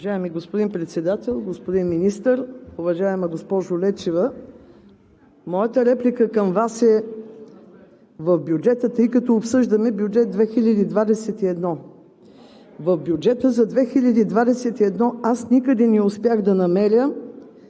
Уважаеми господин Председател, господин Министър! Уважаема госпожо Лечева, моята реплика към Вас е: тъй като обсъждаме бюджет 2021 г., в бюджета за 2021 г. аз никъде не успях да намеря